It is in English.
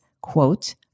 quote